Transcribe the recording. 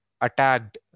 attacked